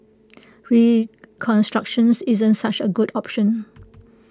reconstruction isn't such A good option